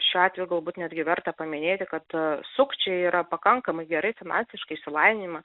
šiuo atveju galbūt netgi verta paminėti kad sukčiai yra pakankamai gerai finansiškai išsilavinimą